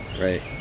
Right